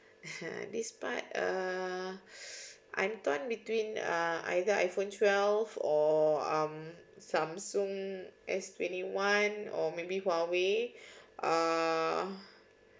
!huh! this part err either one between uh either iPhone twelve or um Samsung S twenty one or maybe huawei err